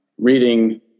reading